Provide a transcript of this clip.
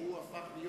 שהפך להיות